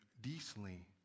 decently